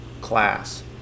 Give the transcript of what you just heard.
class